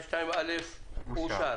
2א אושר.